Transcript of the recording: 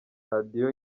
radiyo